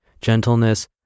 gentleness